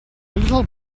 little